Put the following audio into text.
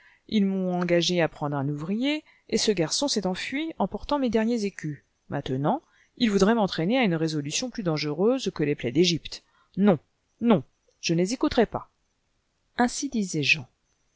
us m'ont engagé à prendre un ouvrier et ce garçon s'est enfui emportant mes derniers écus maintenant ils voudraient m'entraîner à une résolution plus dangereuse que les plaies d'egypte xson non je ne les écouterai pas ainsi disait jean